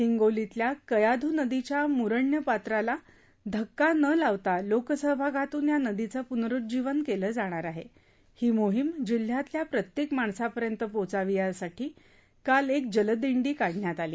हिंगोलीतल्या कयाध् नदीच्या मुरण्य पात्राला धक्का न लावता लोकसहभागातून या नदीचं पुनरूज्जीवन केलं जाणार आहे ही मोहिम जिल्ह्यातल्या प्रत्येक माणसापर्यंत पोहचावी यासाठी काल एक जलदिंडी काढण्यात आली